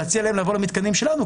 להציע להם לבוא למתקנים שלנו,